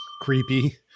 creepy